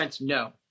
No